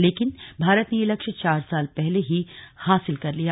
लेकिन भारत ने यह लक्ष्य चार साल पहले ही हासिल कर लिया